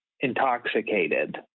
intoxicated